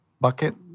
bucket